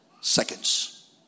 seconds